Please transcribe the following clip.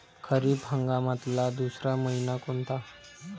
खरीप हंगामातला दुसरा मइना कोनता?